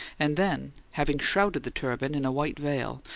and then, having shrouded the turban in a white veil,